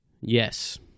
Yes